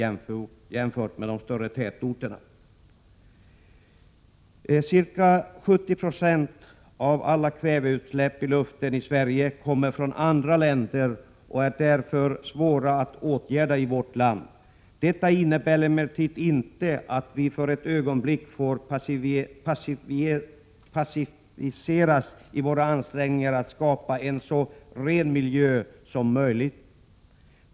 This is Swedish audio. Ca 70 96 av alla kväveutsläpp i luften i Sverige kommer från andra länder och är därför svåra att åtgärda i vårt land. Detta innebär emellertid inte att vi för ett ögonblick får passiviseras i våra ansträngningar att skapa en så ren miljö som möjligt.